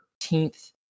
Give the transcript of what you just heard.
13th